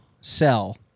sell